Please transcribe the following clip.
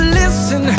listen